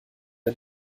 ein